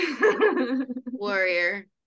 Warrior